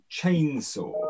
chainsaw